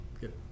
good